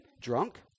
drunk